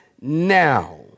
Now